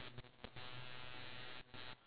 because we did not touch the car at all